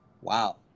wow